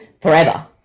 forever